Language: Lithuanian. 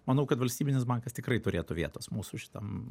manau kad valstybinis bankas tikrai turėtų vietos mūsų šitam